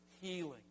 healing